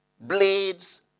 blades